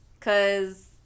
Cause